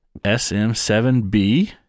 SM7B